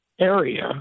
area